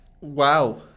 Wow